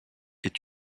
est